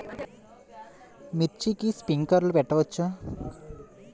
మిర్చికి స్ప్రింక్లర్లు పెట్టవచ్చా?